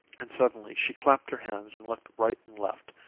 and suddenly she clapped her hands and looked right and left.